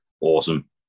awesome